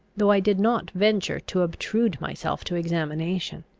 though i did not venture to obtrude myself to examination.